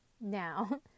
Now